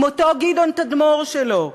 עם אותו גדעון תדמור שלו.